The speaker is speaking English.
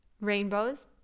rainbows